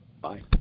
Bye